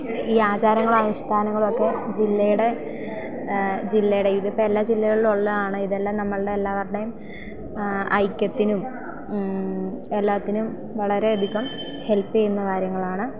ഈ ആചാരങ്ങളും അനുഷ്ഠാനങ്ങളുമൊക്കെ ജില്ലയുടെ ജില്ലയുടെ ഇത് ഇപ്പം എല്ലാ ജില്ലകളിലും ഉള്ളതാണ് ഇതെല്ലാം നമ്മളുടെ എല്ലാവരുടെയും ഐക്യത്തിനും എല്ലാത്തിനും വളരെ അധികം ഹെൽപ്പ് ചെയ്യുന്ന കാര്യങ്ങളാണ്